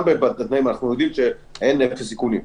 כל הדברים האלה מבוססים על דיווחים עצמיים של הקניונים.